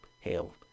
hell